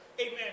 Amen